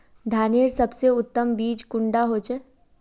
धानेर सबसे उत्तम बीज कुंडा होचए?